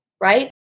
right